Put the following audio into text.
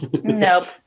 Nope